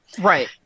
Right